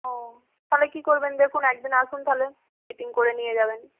ও তাহলে কী করবেন দেখুন একদিন আসুন তাহলে ফিটিং করে নিয়ে যাবেন